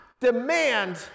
demand